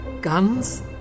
guns